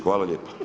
Hvala lijepa.